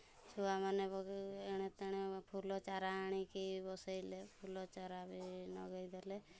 ଛୁଆମାନେ ଏଣେତେଣେ ଫୁଲଚାରା ଆଣିକି ବସାଇଲେ ଫୁଲଚାରା ବି ଲଗାଇଦେଲେ